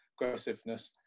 aggressiveness